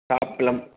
सापलम